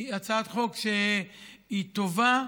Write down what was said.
היא הצעת חוק שהיא טובה,